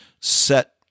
set